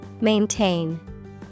Maintain